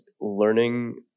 learning